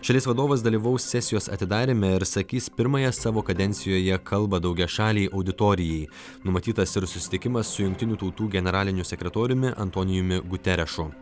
šalies vadovas dalyvaus sesijos atidaryme ir sakys pirmąją savo kadencijoje kalbą daugiašalei auditorijai numatytas ir susitikimas su jungtinių tautų generaliniu sekretoriumi antonijumi guterešu